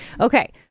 okay